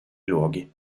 luoghi